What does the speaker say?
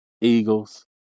Eagles